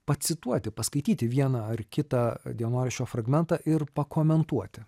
pacituoti paskaityti vieną ar kitą dienoraščio fragmentą ir pakomentuoti